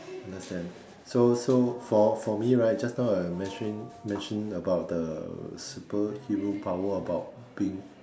understand so so for for me right just now I mention mention about the super hero power about being